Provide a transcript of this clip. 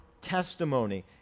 testimony